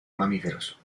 mamíferos